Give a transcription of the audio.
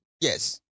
Yes